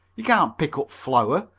you can't pick up flour.